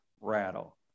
rattle